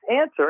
answer